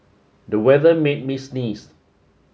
the weather made me sneeze